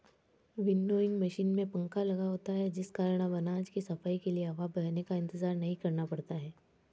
winnowing machine में पंखा लगा होता है जिस कारण अब अनाज की सफाई के लिए हवा बहने का इंतजार नहीं करना पड़ता है